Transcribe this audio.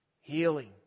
Healing